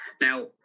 Now